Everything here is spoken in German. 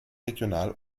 regional